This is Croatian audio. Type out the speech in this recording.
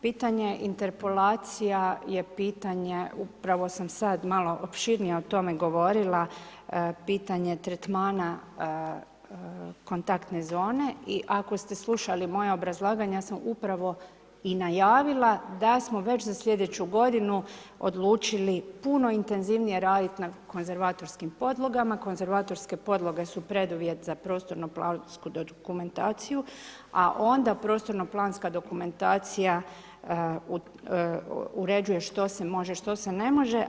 Pitanje interpolacija je pitanje upravo sam sad malo opširnije o tome govorila, pitanje tretmana kontaktne zone i ako ste slušali moja obrazlaganja, ja sam upravo i najavila da smo već za sljedeću godinu odlučili puno intenzivnije radit na konzervatorskim podlogama, konzervatorske podloge su preduvjet za prostorno plansku dokumentaciju, a onda prostorno planska dokumentacija uređuje što se može, što se ne može.